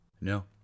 No